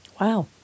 Wow